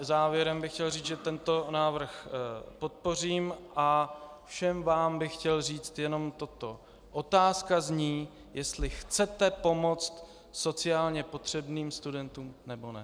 Závěrem bych chtěl říct, že tento návrh podpořím, a všem vám bych chtěl říct jenom toto: Otázka zní, jestli chcete pomoct sociálně potřebným studentům, nebo ne.